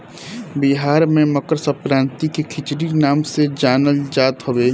बिहार में मकरसंक्रांति के खिचड़ी नाम से जानल जात हवे